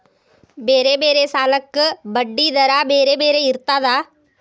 ಬೇರೆ ಬೇರೆ ಸಾಲಕ್ಕ ಬಡ್ಡಿ ದರಾ ಬೇರೆ ಬೇರೆ ಇರ್ತದಾ?